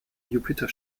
jupiter